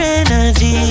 energy